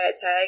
tag